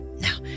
Now